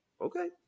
okay